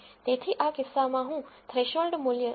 તેથી આ કિસ્સામાં હું થ્રેશોલ્ડ મૂલ્ય 0